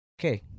Okay